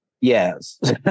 Yes